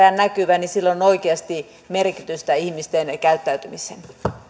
ja näkyvä sillä on oikeasti merkitystä ihmisten käyttäytymiseen